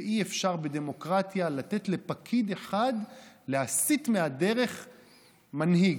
ואי-אפשר בדמוקרטיה לתת לפקיד אחד להסיט מהדרך מנהיג,